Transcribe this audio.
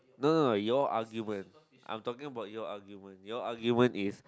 no no no your argument I'm talking about your argument your argument is